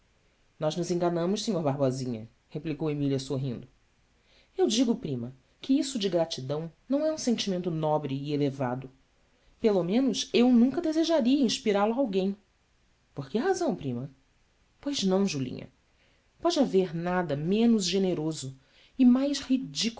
nós nos enganamos sr barbosinha replicou emília sorrindo u digo prima que isso de gratidão não é um sentimento nobre e elevado pelo menos eu nunca desejaria inspirá lo a alguém or que razão prima ois não julinha pode haver nada menos generoso e mais